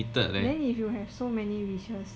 then if you have so many wishes